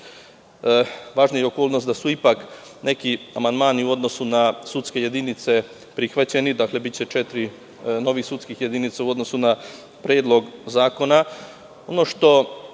važna je i okolnost da su ipak neki amandmani u odnosu na sudske jedinice prihvaćeni. Dakle, biće četiri novih sudskih jedinica u odnosu na predlog zakona. Ono